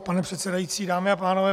Pane předsedající, dámy a pánové.